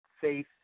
faith